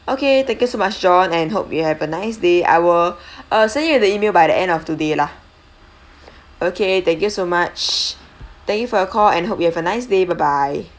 okay thank you so much john and hope you have a nice day I will uh send you the email by the end of today lah okay thank you so much thank you for your call and hope you have a nice day bye bye